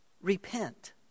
repent